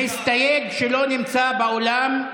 מסתייג שלא נמצא באולם,